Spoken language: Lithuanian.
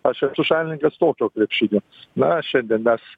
aš esu šalininkas tokio krepšinio na šiandien mes